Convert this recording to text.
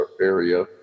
area